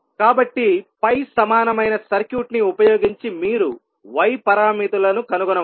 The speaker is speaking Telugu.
కాబట్టి పై సమానమైన సర్క్యూట్ ని ఉపయోగించి మీరు y పారామితులను కనుగొనవచ్చు